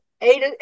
eight